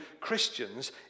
Christians